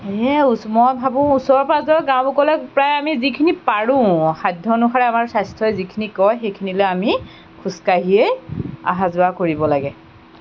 সেইয়াই আৰু মই ভাবোঁ ওচৰ পাঁজৰ গাঁৱবোৰলৈ প্ৰায় আমি যিখিনি পাৰোঁ সাধ্য় অনুসাৰে আমাৰ স্বাস্থ্য়ই যিখিনি কয় সেইখিনিলৈ আমি খোজকাঢ়িয়েই আহা যোৱা কৰিব লাগে